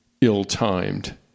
ill-timed